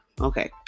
Okay